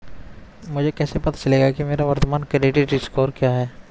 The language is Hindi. मुझे कैसे पता चलेगा कि मेरा वर्तमान क्रेडिट स्कोर क्या है?